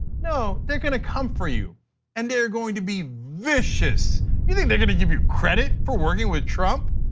no, they're going to come for you and they are going to be vicious. you think they're going to give you credit for working with trump?